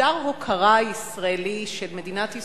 מסדר הוקרה ישראלי, של מדינת ישראל,